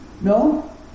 No